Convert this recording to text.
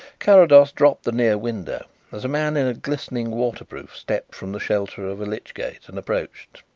carrados dropped the near window as a man in glistening waterproof stepped from the shelter of a lich-gate and approached.